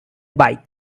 bite